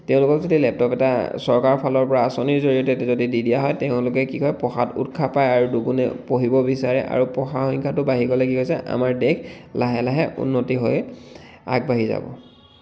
তেওঁলোকক যদি লেপটপ এটা চৰকাৰৰ ফালৰ পৰা আঁচনিৰ জৰিয়তে যদি দি দিয়া হয় তেওঁলোকে কি কৰে পঢ়াত উৎসাহ পায় আৰু দুগুণে পঢ়িব বিচাৰে আৰু পঢ়াৰ সংখ্যাটো বাঢ়ি গ'লে কি হৈছে আমাৰ দেশ লাহে লাহে উন্নতি হৈ আগবাঢ়ি যাব